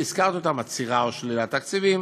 והזכרתי אותן: עצירה או שלילה של תקציבים,